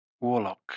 Warlock